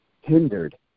hindered